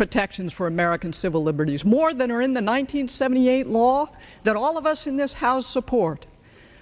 protections for american civil liberties more than are in the one nine hundred seventy eight law that all of us in this house support